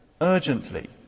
urgently